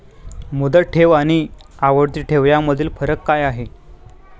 मुदत ठेव आणि आवर्ती ठेव यामधील फरक काय आहे?